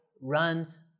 runs